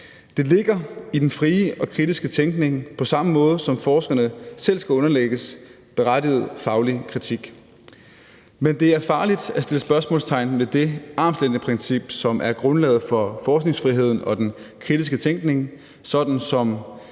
Det ligger i den frie og kritiske tænkning, på samme måde som forskerne selv skal underlægges berettiget faglig kritik. Men det er farligt at sætte spørgsmålstegn ved det armslængdeprincip, som er grundlaget for forskningsfriheden og den kritiske tænkning, sådan som